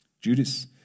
Judas